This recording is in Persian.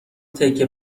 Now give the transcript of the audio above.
تکه